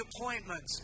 appointments